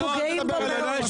אנחנו גאים בו מאוד.